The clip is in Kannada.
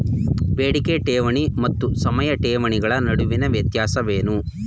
ಬೇಡಿಕೆ ಠೇವಣಿ ಮತ್ತು ಸಮಯ ಠೇವಣಿಗಳ ನಡುವಿನ ವ್ಯತ್ಯಾಸವೇನು?